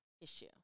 issue